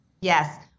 Yes